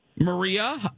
Maria